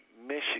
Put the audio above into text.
Michigan